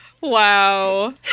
Wow